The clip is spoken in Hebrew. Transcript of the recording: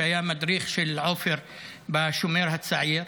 שהיה מדריך של עופר בשומר הצעיר,